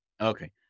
Okay